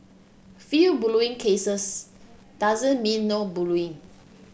few bullying cases doesn't mean no bullying